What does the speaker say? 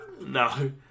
No